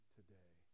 today